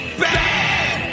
bad